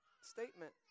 statement